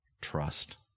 trust